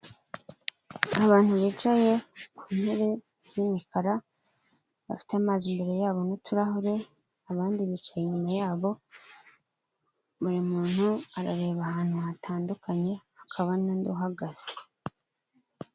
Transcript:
Abantu bicaye ku ntebe z' imikara bafite amazi imbere yabo n'uturahure, abandi bicaye inyuma yabo buri muntu arareba ahantu hatandukanye, hakaba n'undi uhagaze.